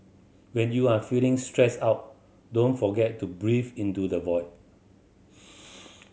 when you are feeling stressed out do't forget to breathe into the void